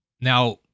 Now